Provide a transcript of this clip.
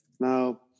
Now